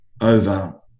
over